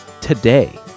Today